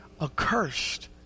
accursed